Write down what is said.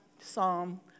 psalm